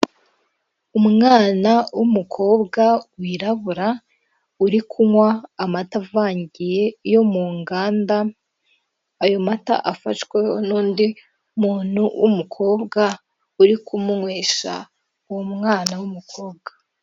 Umwana w'umukobwa wirabura uri kunywa amata avangiye yo mu nganda, ayo mata afashwe n'undi muntu w'umukobwa uri kumunywesha uwo mwana w'umukobwa.